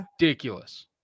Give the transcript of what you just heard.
ridiculous